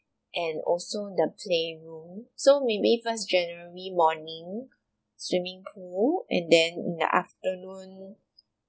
and also the play room so maybe first january morning swimming pool and then in the afternoon